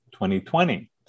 2020